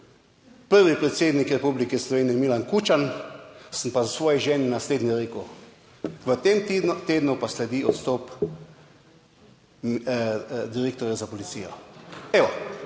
prvi predsednik Republike Slovenije Milan Kučan, sem pa v svoji ženi naslednji rekel, v tem tednu pa sledi odstop direktorja za policijo. Evo,